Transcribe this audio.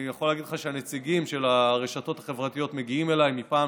אני יכול להגיד לך שהנציגים של הרשתות החברתיות מגיעים אליי מפעם